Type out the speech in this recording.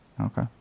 Okay